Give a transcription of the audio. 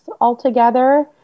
altogether